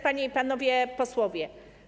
Panie i Panowie Posłowie!